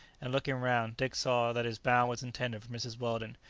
and, looking round, dick saw that his bow was intended for mrs. weldon,